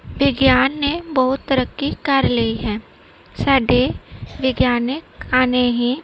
ਵਿਗਿਆਨ ਨੇ ਬਹੁਤ ਤਰੱਕੀ ਕਰ ਲਈ ਹੈ ਸਾਡੇ ਵਿਗਿਆਨਿਕਾਂ ਨੇ ਹੀ